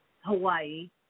Hawaii